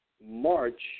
March